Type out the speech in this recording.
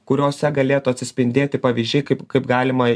kuriose galėtų atsispindėti pavyzdžiai kaip kaip galima